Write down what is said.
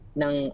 ng